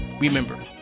Remember